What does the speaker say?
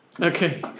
okay